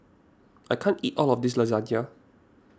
I can't eat all of this Lasagne